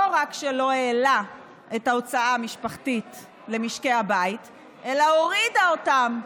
לא רק שלא העלה את ההוצאה המשפחתית למשקי הבית אלא הורידה אותה.